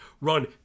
run